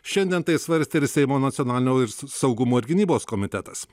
šiandien tai svarstė ir seimo nacionalinio saugumo ir gynybos komitetas